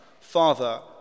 Father